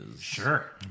Sure